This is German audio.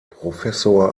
professor